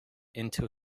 into